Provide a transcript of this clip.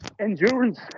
endurance